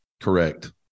correct